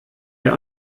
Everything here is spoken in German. der